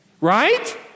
Right